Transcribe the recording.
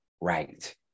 right